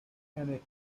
anything